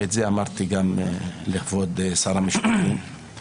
ואת זה אמרתי גם לכבוד שר המשפטים,